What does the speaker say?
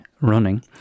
Running